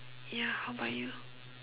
ya how about you